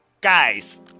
guys